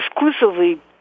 exclusively